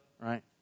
right